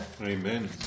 Amen